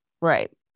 Right